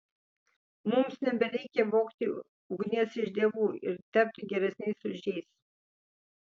mums nebereikia vogti ugnies iš dievų ir tapti geresniais už jais